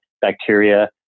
bacteria